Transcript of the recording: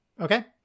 Okay